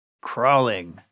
Crawling